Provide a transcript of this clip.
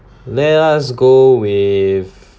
let us go with